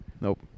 Nope